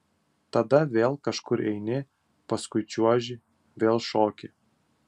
tada vėl kažkur eini paskui čiuoži vėl šoki